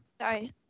Sorry